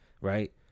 right